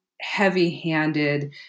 heavy-handed